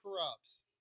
corrupts